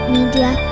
Media